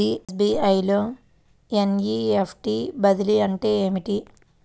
SBI లో NEFT బదిలీ అంటే ఏమిటి?